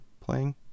playing